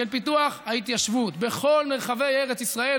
של פיתוח ההתיישבות בכל מרחבי ארץ ישראל,